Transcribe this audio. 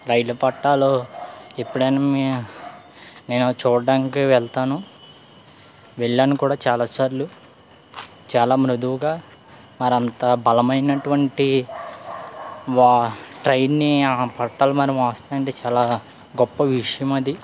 రైలు పట్టాలు ఎప్పుడైనా మే నేను చూడడానికి వెళ్తాను వెళ్ళాను కూడా చాలాసార్లు చాలా మృదువుగా మరి అంత బలమైనటువంటి వా ట్రైన్ని ఆ పట్టాలు మరి మొస్తున్నాయి అంటే చాలా గొప్ప విషయం అది